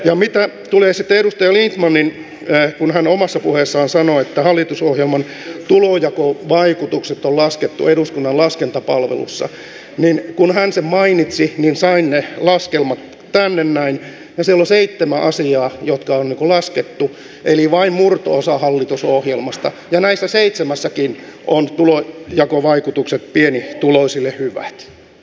ja mitä tulee sitten edustaja lindtmaniin kun hän omassa puheessaan sanoi että hallitusohjelman tulonjakovaikutukset on laskettu eduskunnan laskentapalvelussa niin kun hän sen mainitsi niin sain ne laskelmat tänne näin ja siellä on seitsemän asiaa jotka on laskettu eli vain murto osa hallitusohjelmasta ja näissä seitsemässäkin ovat tulonjakovaikutukset pienituloisille hyvät